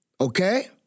Okay